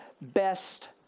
best